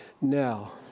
Now